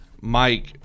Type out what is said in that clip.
Mike